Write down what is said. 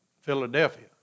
Philadelphia